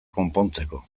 konpontzeko